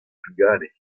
bugale